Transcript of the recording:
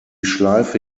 schleife